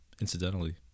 incidentally